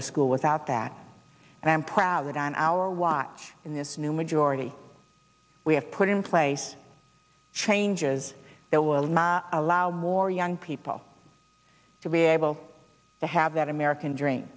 to school without that and i'm proud that on our watch in this new majority we have put in place changes that will allow allow more young people to be able to have that american dream